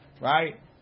right